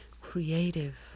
creative